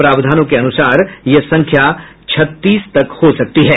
प्रावधानों के अनुसार यह संख्या छत्तीस हो सकती है